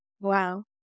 wow